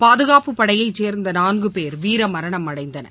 பாதுகாப்புப் படையைசேர்ந்தநான்குபேர் வீரமரணம் அடைந்தனர்